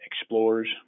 explorers